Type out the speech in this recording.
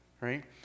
right